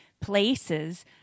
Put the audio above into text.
places